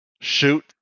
shoot